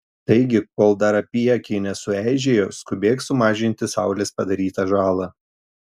taigi kol dar apyakiai nesueižėjo skubėk sumažinti saulės padarytą žalą